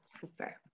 Super